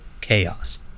chaos